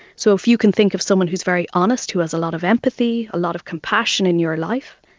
so if you can think of someone who is very honest, who has a lot of empathy, a lot of compassion in your life,